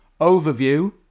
overview